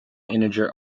integer